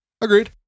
agreed